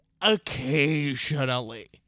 occasionally